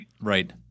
Right